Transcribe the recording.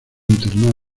internado